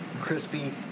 crispy